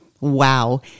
Wow